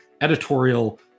editorial